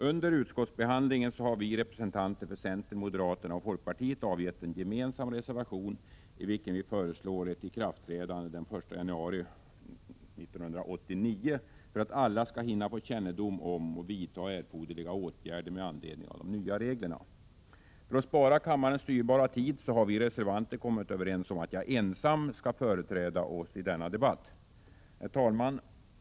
Under utskottsbehandlingen har vi representanter för centern, moderaterna och folkpartiet avgivit en gemensam reservation, i vilken vi föreslår ett ikraftträdande den 1 januari 1989, för att alla skall hinna få kännedom om och vidta erforderliga åtgärder med anledning av de nya reglerna. För att spara kammarens dyrbara tid har vi reservanter kommit överens om att jag ensam skall företräda oss i denna debatt. Herr talman!